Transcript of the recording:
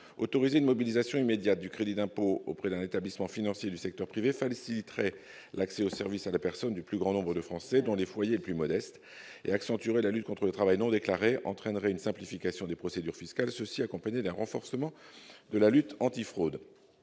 Autoriser une mobilisation immédiate du crédit d'impôt auprès d'un établissement financier du secteur privé faciliterait l'accès aux services à la personne du plus grand nombre de Français, dont les foyers les plus modestes, accentuerait la lutte contre le travail non déclaré, entraînerait une simplification des procédures fiscales et permettrait un renforcement de la lutte contre la fraude.